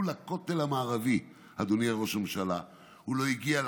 לכותל המערבי אדוני ראש הממשלה לא הגיע,